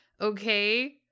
Okay